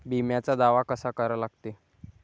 बिम्याचा दावा कसा करा लागते?